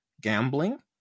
gambling